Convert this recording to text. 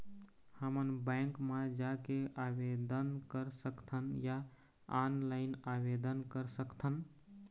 हमन बैंक मा जाके आवेदन कर सकथन या ऑनलाइन आवेदन कर सकथन?